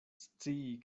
scii